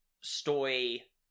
story